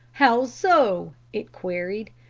how so it queried.